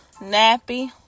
nappy